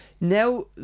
now